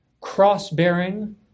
cross-bearing